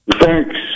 Thanks